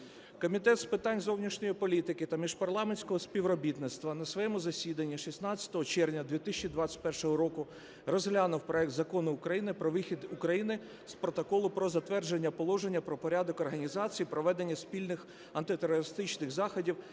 Комітет з питань зовнішньої політики та міжпарламентського співробітництва на своєму засіданні 16 червня 2021 року розглянув проект Закону України про вихід України з Протоколу про затвердження Положення про порядок організації і проведення спільних антитерористичних заходів